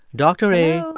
dr. a.